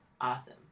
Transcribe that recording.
awesome